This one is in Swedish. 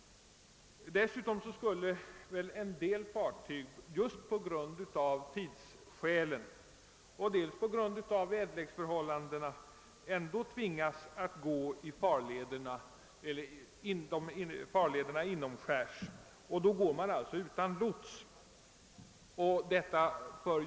Dessutom skulle en del fartyg av tidsskäl eller på grund av väderleksförhållandena ändå tvingas att gå i farlederna inomskärs, vilket de alltså finge göra utan lots.